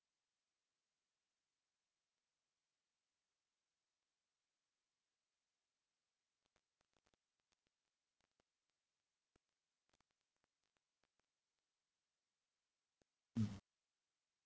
mm